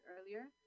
earlier